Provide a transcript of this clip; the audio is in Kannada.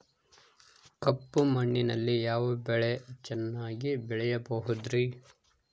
ಕಪ್ಪು ಮಣ್ಣಿನಲ್ಲಿ ಯಾವ ಬೆಳೆ ಚೆನ್ನಾಗಿ ಬೆಳೆಯಬಹುದ್ರಿ?